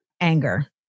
anger